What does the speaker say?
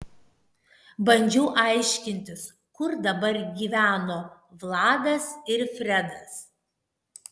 bandžiau aiškintis kur dabar gyveno vladas ir fredas